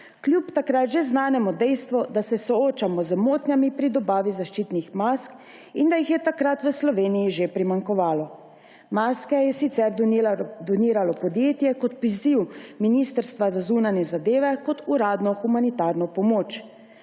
kljub takrat že znanemu dejstvu, da se soočamo z motnjami pri dobavi zaščitnih mask in da jih je takrat v Sloveniji že primanjkovalo. Maske je sicer doniralo podjetje kot poziv Ministrstva za zunanje zadeve kot uradno humanitarno pomoč.